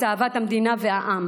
אהבת המדינה והעם,